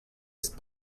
ist